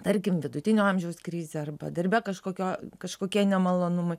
tarkim vidutinio amžiaus krizė arba darbe kažkokio kažkokie nemalonumai